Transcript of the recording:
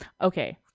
Okay